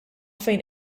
fejn